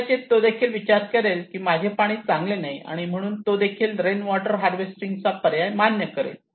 कदाचित तो देखील विचार करेल की माझे पाणी चांगले नाही आणि म्हणून तो देखील रेन वॉटर हार्वेस्टिंगचा पर्याय मान्य करेल